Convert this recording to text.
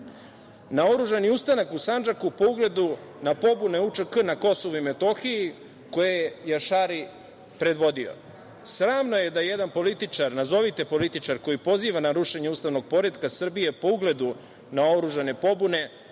na oružani ustanak u Sandžaku po ugledu na pobune UČK na Kosovu i Metohiji, koje je Jašari predvodio. Sramno je da jedan političar, nazovite političar, koji poziva na rušenje ustavnog poretka Srbije po ugledu na oružane pobune